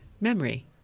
memory